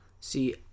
see